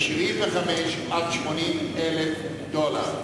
ב-75,000 עד 80,000 דולר,